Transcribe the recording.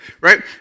right